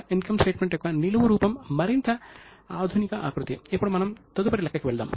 రాజ్యంలో నైతిక వాతావరణాన్ని నిర్మించే చర్యలను ఆయన ప్రతిపాదించారు